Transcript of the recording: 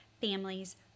families